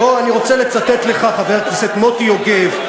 חבר הכנסת מוטי יוגב,